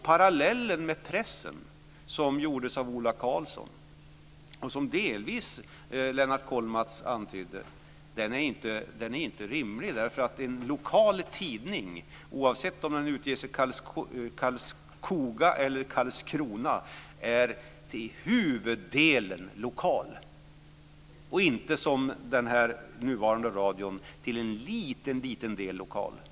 Parallellen till pressen, som gjordes av Ola Karlsson och som Lennart Kollmats delvis antydde, är inte rimlig. En lokal tidning, oavsett om den ges ut i Karlskoga eller i Karlskrona, är till huvuddelen lokal. Den är inte som den nuvarande radion till en liten del lokal.